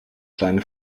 kleine